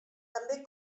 també